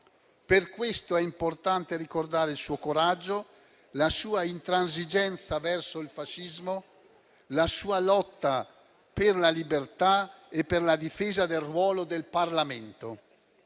Per questo è importante ricordare il suo coraggio, la sua intransigenza verso il fascismo, la sua lotta per la libertà e per la difesa del ruolo del Parlamento.